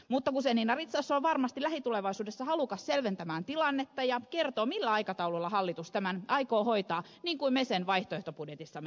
mutta guzenina richardson on varmasti lähitulevaisuudessa halukas selventämään tilannetta ja kertoo millä aikataululla hallitus tämän aikoo hoitaa niin kuin me sen vaihtoehtobudjetissamme lupaamme